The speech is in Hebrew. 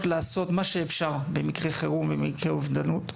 לעשות מה שאפשר במקרה חירום ובמקרה אובדנות,